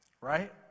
right